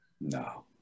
no